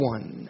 One